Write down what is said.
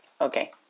Okay